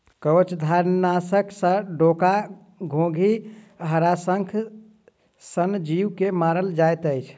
कवचधारीनाशक सॅ डोका, घोंघी, हराशंख सन जीव के मारल जाइत अछि